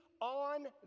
on